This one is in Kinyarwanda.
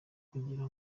kugira